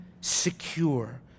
secure